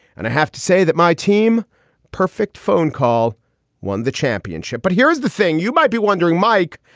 and i have to say that my team perfect phone call won the championship. but here's the thing you might be wondering, mike,